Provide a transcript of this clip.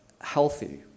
healthy